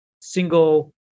single